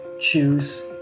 choose